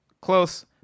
Close